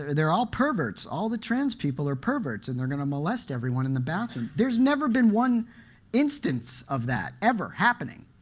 they're they're all perverts! all the trans people are perverts! and they're going to molest everyone in the bathroom. there's never been one instance of that ever happening.